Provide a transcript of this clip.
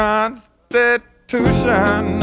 Constitution